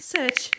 Search